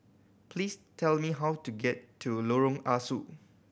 please tell me how to get to Lorong Ah Soo